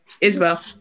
Isabel